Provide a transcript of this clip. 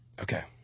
Okay